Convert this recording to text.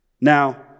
Now